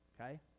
Okay